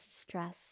stress